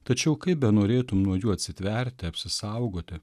tačiau kaip benorėtum nuo jų atsitverti apsisaugoti